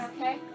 okay